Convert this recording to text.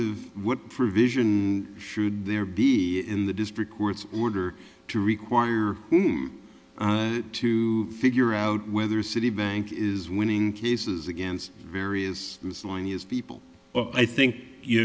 of what for vision should there be in the district court's order to require to figure out whether citibank is winning cases against various people i think you